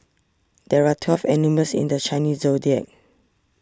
there are twelve animals in the Chinese zodiac